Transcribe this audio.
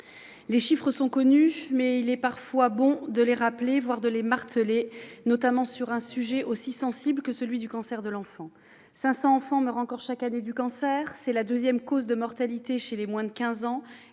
les chiffres sont connus, mais il est parfois bon de les rappeler, voire de les marteler, notamment sur un sujet aussi sensible que celui du cancer de l'enfant : 500 enfants meurent encore chaque année du cancer. C'est la deuxième cause de mortalité chez les moins de quinze